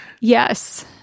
Yes